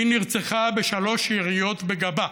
הוא נרצח בשלוש יריות בגבו,